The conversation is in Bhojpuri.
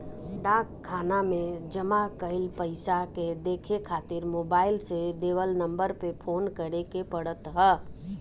डाक खाना में जमा कईल पईसा के देखे खातिर मोबाईल से देवल नंबर पे फोन करे के पड़त ह